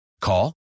Call